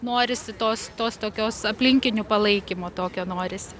norisi tos tos tokios aplinkinių palaikymo tokio norisi